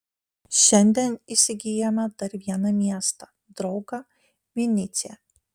šiandien įsigijome dar vieną miestą draugą vinycią